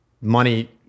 Money